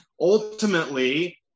ultimately